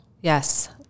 yes